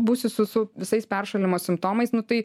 būsi su su visais peršalimo simptomais nu tai